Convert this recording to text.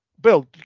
Bill